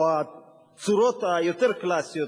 או הצורות היותר קלאסיות,